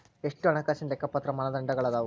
ಎಷ್ಟ ಹಣಕಾಸಿನ್ ಲೆಕ್ಕಪತ್ರ ಮಾನದಂಡಗಳದಾವು?